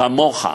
כמוך,